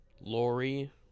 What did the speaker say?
Lori